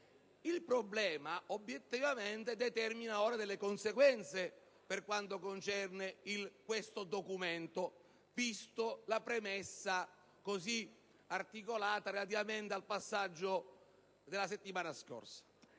Il problema, obiettivamente, determina ora delle conseguenze per quanto concerne questo documento, vista la premessa così articolata relativamente al passaggio della settimana scorsa.